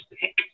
pick